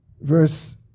verse